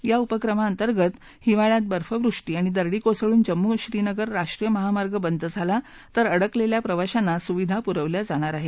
या उपक्रमा अंतर्गत हिवाळ्यात बर्फवृष्टी आणि दरडी कोसळून जम्मू श्रीनगर राष्ट्रीय महामार्ग बंद झाला तर अडकलेल्या प्रवाशांना सुविधा पुरवल्या जाणार आहेत